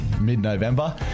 mid-November